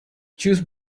choose